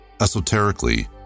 Esoterically